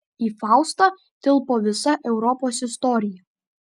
į faustą tilpo visa europos istorija